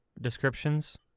descriptions